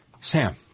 Sam